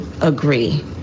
agree